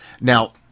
Now